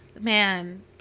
Man